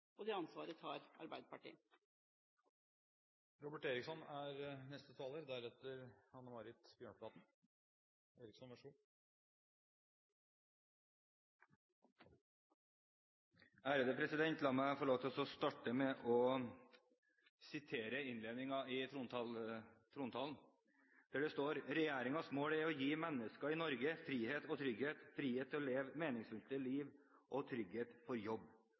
ta det ansvaret vi gjør, ved å legge fram alle de stortingsmeldingene som nå kommer. Det ansvaret tar Arbeiderpartiet. La meg få lov til å starte med å sitere innledningen i trontalen, der det står: «Regjeringens mål er å gi mennesker i Norge frihet og trygghet, frihet til å leve meningsfulle liv og trygghet for jobb